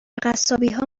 قصابیها